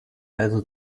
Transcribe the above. also